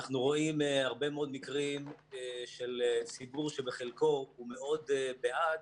אנחנו רואים הרבה מאוד מקרים של ציבור שבחלקו הוא מאוד בעד